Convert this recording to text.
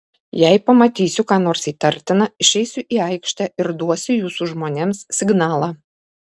jei pamatysiu ką nors įtartina išeisiu į aikštę ir duosiu jūsų žmonėms signalą